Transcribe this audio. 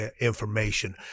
information